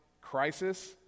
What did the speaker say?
crisis